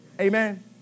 Amen